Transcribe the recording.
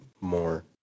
more